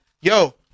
yo